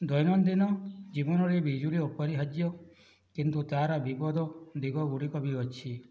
ଦୈନନ୍ଦିନ ଜୀବନରେ ବିଜୁଳି ଅପରିହାର୍ଯ୍ୟ କିନ୍ତୁ ତା'ର ବିପଦ ଦିଗଗୁଡ଼ିକ ବି ଅଛି